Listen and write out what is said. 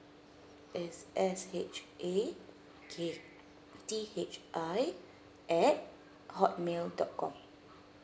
S H A K T H I at hotmail dot com